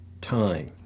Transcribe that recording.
time